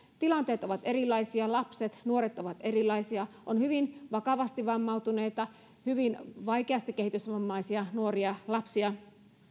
tilanteet ovat erilaisia lapset ja nuoret ovat erilaisia on hyvin vakavasti vammautuneita hyvin vaikeasti kehitysvammaisia nuoria ja lapsia